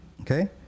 Okay